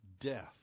death